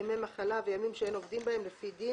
ימי מחלה וימים שאין עובדים בהם לפי דין,